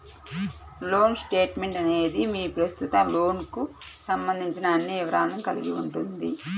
loan statement అనేది మీ ప్రస్తుత లోన్కు సంబంధించిన అన్ని వివరాలను కలిగి ఉంటుంది